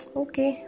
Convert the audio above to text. okay